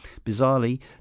Bizarrely